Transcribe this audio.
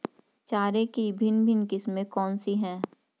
चारे की भिन्न भिन्न किस्में कौन सी हैं?